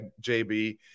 jb